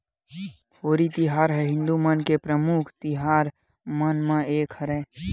होरी तिहार ह हिदू मन के परमुख तिहार मन म एक हरय